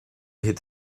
thit